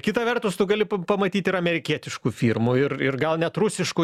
kitą vertus tu gali pamatyt ir amerikietiškų firmų ir ir gal net rusiškų